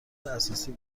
اساسی